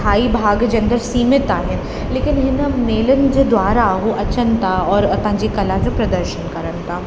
स्थाई भाग जे अंदरु सीमित आहिनि लेकिन हिन मेलनि जे द्वारा उहे अचनि था औरि पंहिंजी कला जो प्रदर्शन कनि था